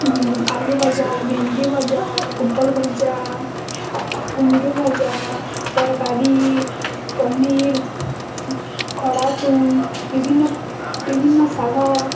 ଆଲୁ ଭଜା ଭେଣ୍ଡି ଭଜା ପୋଟଲ୍ ଭଜା କୁନ୍ଦୁରୁ ଭଜା ତରକାରି ପନୀର୍ ଖଡ଼ା ତୁଣ୍ ବିଭିନ୍ନ ବିଭିନ୍ନ ଶାଗ